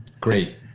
Great